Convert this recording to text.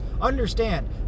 understand